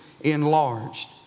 enlarged